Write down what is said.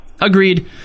Agreed